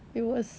it was